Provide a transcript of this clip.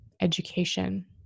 education